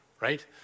right